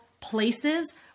places